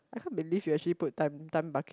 I can't believe you actually put a time time bucket